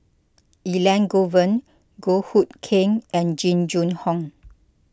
Elangovan Goh Hood Keng and Jing Jun Hong